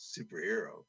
superhero